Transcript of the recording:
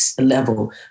level